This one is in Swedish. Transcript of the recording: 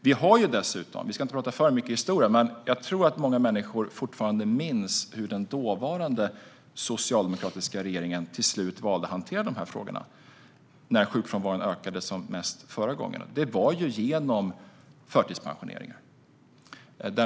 Vi ska inte prata för mycket historia, men jag tror att många människor fortfarande minns hur den dåvarande socialdemokratiska regeringen till slut valde att hantera dessa frågor när sjukfrånvaron ökade som mest förra gången. Det var genom förtidspensionering.